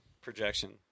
projection